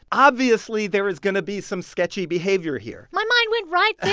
obviously, there is going to be some sketchy behavior here my mind went right there.